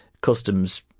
customs